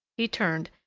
he turned,